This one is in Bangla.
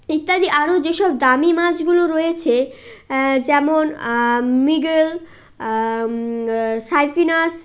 ইত্যাদি আরও যেসব দামি মাছগুলো রয়েছে যেমন মৃগেল সাইপ্রিনাস